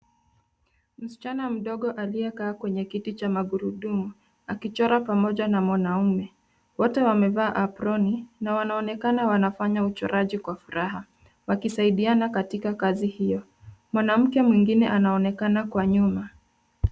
Msichana mdogo aliyekaa kwenye kiti cha magurudumu, akichora pamoja na mwanaume. Wote wamevaa aproni, na wanaonekana wanafanya uchoraji kwa furaha. Wakisaidiana katika kazi hiyo. Mwanamke mwingine anaonekana kwa nyuma.